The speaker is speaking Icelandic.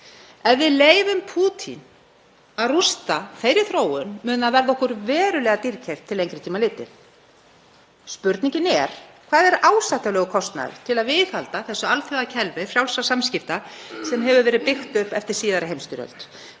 Ef við leyfum Pútín að rústa þeirri þróun mun það verða okkur verulega dýrkeypt til lengri tíma litið. Spurningin er: Hvað er ásættanlegur kostnaður til að viðhalda þessu alþjóðakerfi frjálsra samskipta sem hefur verið byggt upp eftir síðari heimsstyrjöld?